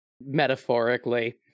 Metaphorically